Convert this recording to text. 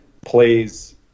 plays